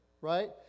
right